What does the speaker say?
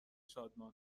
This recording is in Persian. شادمان